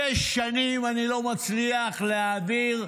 שש שנים אני לא מצליח להעביר.